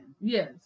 Yes